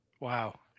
Wow